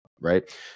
right